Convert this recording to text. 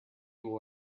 will